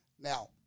Now